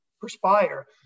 perspire